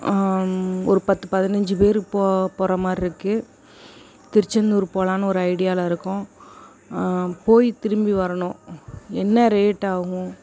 ஒரு பத்து பதினஞ்சு பேர் போ போகிறமாதிரி இருக்குது திருச்செந்தூர் போகலான்னு ஒரு ஐடியாவில் இருக்கோம் போய் திரும்பி வரணும் என்ன ரேட் ஆகும்